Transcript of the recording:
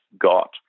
got